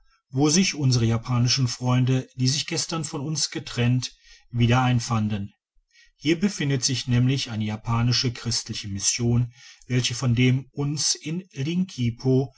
wo sich unsere japanischen freunde die sich gestern von uns getrennt wieder einfanden hier befindet sich nämlich eine japanische christliche mission welche von dem uns von